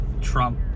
Trump